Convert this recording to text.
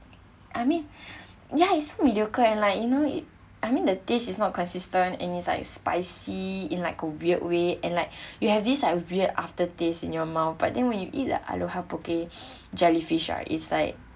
I mean ya it's so mediocre and like you know it I mean the taste is not consistent and is like spicy in like a weird way and like you have this weird after taste in your mouth but then when you eat the aloha poke jellyfish right is like